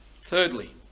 Thirdly